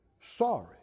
sorry